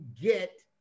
get